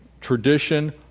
tradition